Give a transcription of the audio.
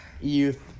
youth